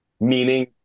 meaning